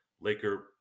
Laker